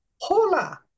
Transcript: Hola